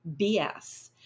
BS